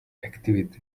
activity